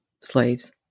slaves